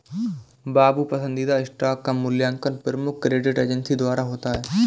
बाबू पसंदीदा स्टॉक का मूल्यांकन प्रमुख क्रेडिट एजेंसी द्वारा होता है